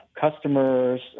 customers